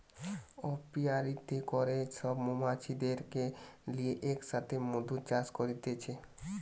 অপিয়ারীতে করে সব মৌমাছিদেরকে লিয়ে এক সাথে মধু চাষ করতিছে